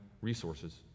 resources